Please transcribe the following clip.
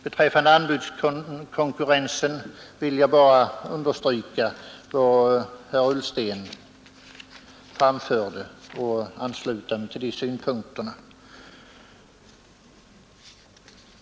Beträffande anbudskonkurrensen vill jag bara understryka de synpunkter herr Ullsten anförde och ansluta mig till dessa.